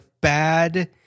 bad